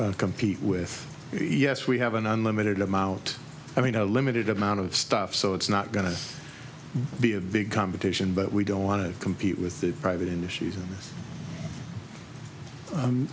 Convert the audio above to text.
compete with yes we have an unlimited amount i mean a limited amount of stuff so it's not going to be a big competition but we don't want to compete with the private in